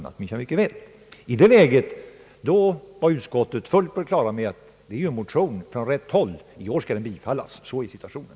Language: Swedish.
I det läget var utskottet fullt på det klara med att det är en motion från rätt håll — i år skall den bifallas. Så är situationen.